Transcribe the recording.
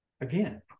Again